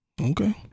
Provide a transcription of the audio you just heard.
Okay